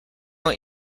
what